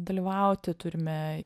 dalyvauti turime